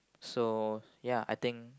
so ya I think